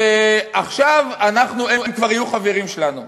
שעכשיו הם כבר יהיו חברים שלנו.